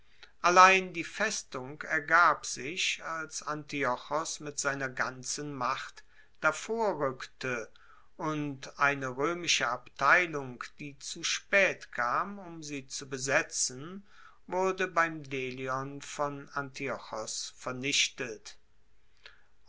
allein die festung ergab sich als antiochos mit seiner ganzen macht davorrueckte und eine roemische abteilung die zu spaet kam um sie zu besetzen wurde beim delion von antiochos vernichtet